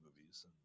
movies